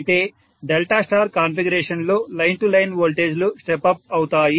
అయితే delta star కాన్ఫిగరేషన్లో line to line వోల్టేజ్లు స్టెప్ అప్ అవుతాయి